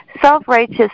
Self-righteous